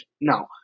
No